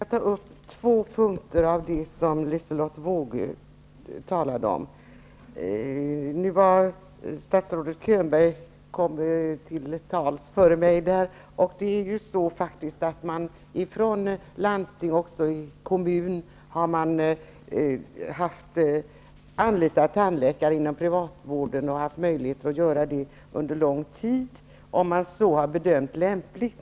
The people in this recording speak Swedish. Fru talman! Jag skall ta upp två av de punkter som Liselotte Wågö talade om. Nu kom statsrådet Könberg till tals före mig och framhöll att landsting har anlitat tandläkare även inom privatvården för barn och ungdomstandvård och att den möjligheten har funnits under lång tid, om så har bedömts lämpligt.